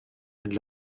mit